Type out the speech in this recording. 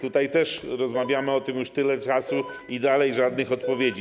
Też rozmawiamy o tym już tyle czasu i dalej żadnych odpowiedzi.